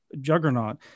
juggernaut